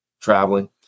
traveling